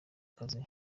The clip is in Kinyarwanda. kazi